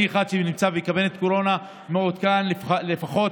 אני נמצא בקבינט קורונה ואני מעודכן לפחות